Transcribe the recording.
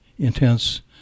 intense